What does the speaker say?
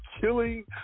killing